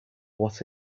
what